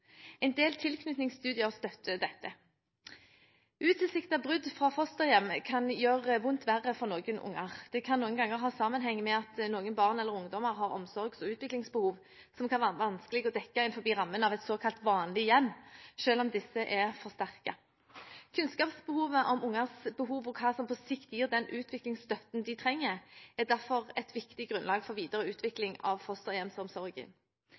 En del tilknytningsstudier støtter dette. Utilsiktede brudd fra fosterhjem kan gjøre vondt verre for noen barn. Dette kan noen ganger ha sammenheng med at noen barn eller ungdommer har omsorgs- og utviklingsbehov som kan være vanskelig å dekke innenfor rammen av et såkalt vanlig hjem, selv om disse er forsterket. Kunnskapsbehovet om barns behov og hva som på sikt gir den utviklingsstøtten de trenger, er derfor et viktig grunnlag for videre utvikling av fosterhjemsomsorgen.